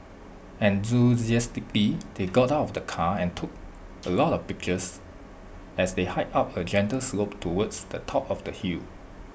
enthusiastically they got out of the car and took A lot of pictures as they hiked up A gentle slope towards the top of the hill